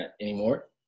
anymore